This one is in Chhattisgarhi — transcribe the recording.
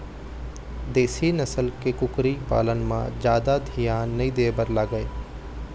देशी नसल के कुकरी पालन म जादा धियान नइ दे बर लागय